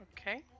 Okay